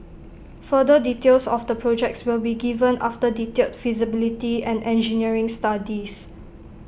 further details of the projects will be given after detailed feasibility and engineering studies